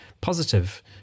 positive